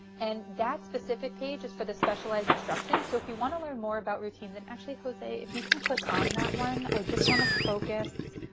and that specific pages for the specialized instruction. so if you want to learn more about routines, and actually jose if you can click on that one. i just want to focus.